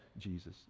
Jesus